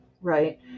Right